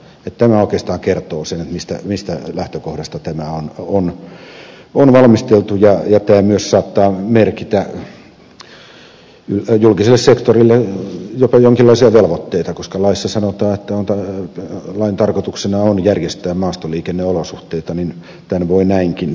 tämä oikeastaan kertoo sen mistä lähtökohdasta tätä on valmisteltu ja tämä myös saattaa merkitä julkiselle sektorille jopa jonkinlaisia velvoitteita koska laissa sanotaan että lain tarkoituksena on järjestää maastoliikenneolosuhteita niin tämän voi näinkin tulkita